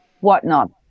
whatnot